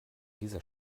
dieser